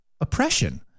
oppression